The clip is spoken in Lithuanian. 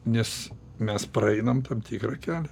nes mes praeinam tam tikrą kelią